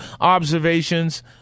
observations